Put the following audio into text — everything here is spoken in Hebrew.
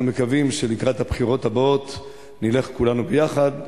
אנחנו מקווים שלקראת הבחירות הבאות נלך כולנו ביחד.